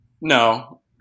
No